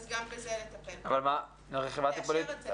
גם בזה צריך לטפל ולאשר את זה.